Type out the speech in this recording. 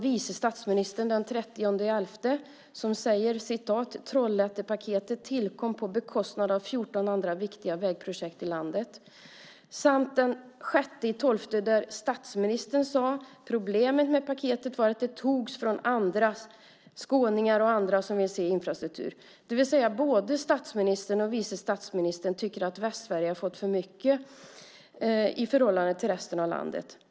Vice statsministern sade den 30 november: Trollhättepaketet tillkom på bekostnad av 14 andra viktiga vägprojekt i landet. Den 6 december sade statsministern: Problemet med paketet var att det togs från skåningar och andra som vill se infrastruktur. Både statsministern och vice statsministern tycker att Västsverige har fått för mycket i förhållande till resten av landet.